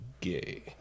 gay